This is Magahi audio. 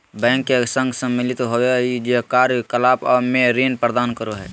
बैंक के संघ सम्मिलित होबो हइ जे कार्य कलाप में ऋण प्रदान करो हइ